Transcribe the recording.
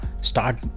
start